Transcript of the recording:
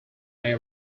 may